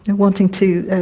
and wanting to